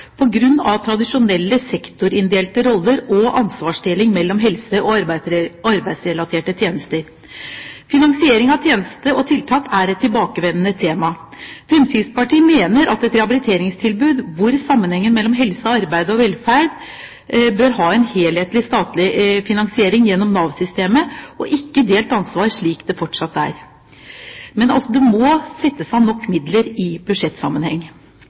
av tradisjonelle sektorinndelte roller og ansvarsdeling mellom helse- og arbeidsrelaterte tjenester. Finansiering av tjenester og tiltak er et tilbakevendende tema. Fremskrittspartiet mener at et rehabiliteringstilbud med sammenheng mellom helse, arbeid og velferd bør ha en helhetlig statlig finansiering gjennom Nav-systemet, og at det ikke skal være delt ansvar, slik det fortsatt er. Det må settes av nok midler i budsjettsammenheng.